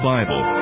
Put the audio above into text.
Bible